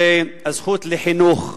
זו הזכות לחינוך,